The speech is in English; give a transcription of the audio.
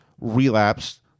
relapsed